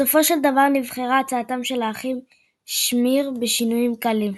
בסופו של דבר נבחרה הצעתם של האחים שמיר בשינויים קלים.